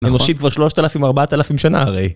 אנושית כבר 3,000-4,000 שנה הרי.